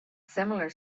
similar